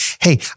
Hey